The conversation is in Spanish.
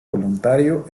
voluntario